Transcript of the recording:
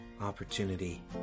opportunity